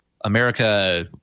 America